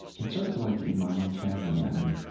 it's sort of like in my own family i mean,